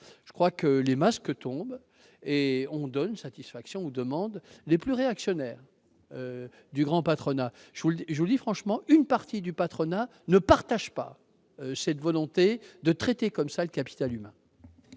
ces ordonnances ! Les masques tombent : on donne satisfaction aux demandes les plus réactionnaires du grand patronat ! Je le dis franchement, une partie du patronat ne partage pas cette volonté de traiter ainsi le capital humain.